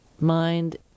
mind